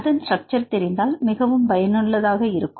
அதன் ஸ்ட்ரக்சர் தெரிந்தால் மிகவும் பயனுள்ளதா இருக்கும்